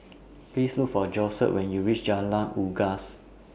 Please Look For Josette when YOU REACH Jalan Unggas